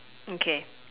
okay